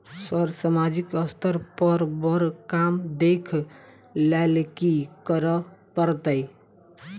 Sir सामाजिक स्तर पर बर काम देख लैलकी करऽ परतै?